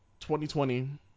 2020